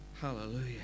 Hallelujah